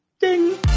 ding